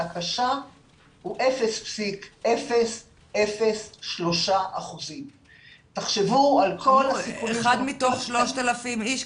קשה הוא 0.003%. אחד מתוך 3,000 איש,